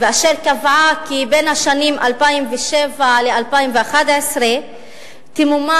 ואשר קבעה כי בין השנים 2007 ל-2011 תמומן